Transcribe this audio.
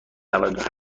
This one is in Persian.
نود